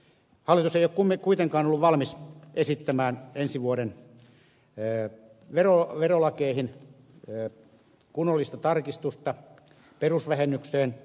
hallitus ei ole kuitenkaan ollut valmis esittämään ensi vuoden verolakeihin kunnollista tarkistusta perusvähennykseen